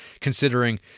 considering